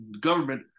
government